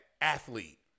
athlete